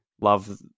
love